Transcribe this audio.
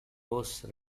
rose